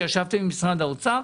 עת ישבתם עם משרד האוצר,